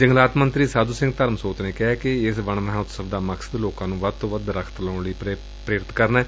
ਜੰਗਲਾਤ ਮੰਤਰੀ ਸਾਧੂ ਸਿੰਘ ਧਰਮਸੋਤ ਨੇ ਕਿਹਾ ਕਿ ਇਸ ਵਣ ਮਹਾਂਉਤਸਵ ਦਾ ਮਕਸਦ ਲੋਕਾਂ ਨੂੰ ਵੱਧ ਤੋਂ ਵੱਧ ਦਰਖ਼ਤ ਲਾਉਣ ਲਈ ਪ੍ਰੇਰਿਤ ਕਰਨਾ ਏ